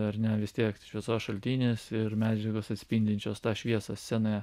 ar ne vis tiek šviesos šaltinis ir medžiagos atspindinčios tą šviesą scenoje